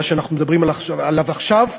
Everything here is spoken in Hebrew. מה שאנחנו מדברים עליו עכשיו,